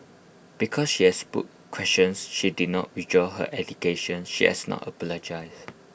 because she has put questions she did not withdraw her allegation she has not apologised